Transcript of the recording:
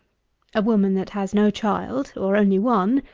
a woman that has no child, or only one,